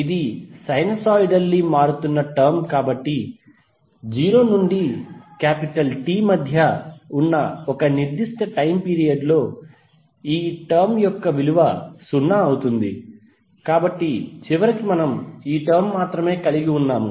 ఇది సైనోసోయిడల్లీ మారుతున్న టర్మ్ కాబట్టి 0 నుండి T మధ్య ఉన్న ఒక నిర్దిష్ట టైమ్ పీరియడ్ లో ఈ టర్మ్ యొక్క విలువ 0 అవుతుంది కాబట్టి చివరికి మనం ఈ టర్మ్ మాత్రమే కలిగి ఉన్నాము